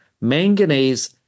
manganese